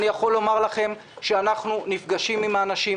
כדי לפתור בעיות אני יכול לומר לכם שאנחנו נפגשים עם האנשים,